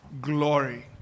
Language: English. glory